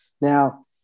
Now